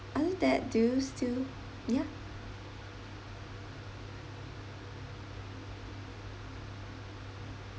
other that do you still yup